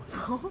no